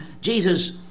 Jesus